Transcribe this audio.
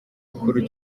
kinyamakuru